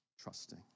trusting